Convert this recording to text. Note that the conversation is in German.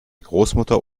großmutter